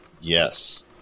Yes